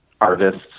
artists